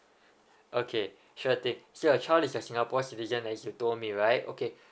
okay sure thing so your child is a singapore citizen as you told me right okay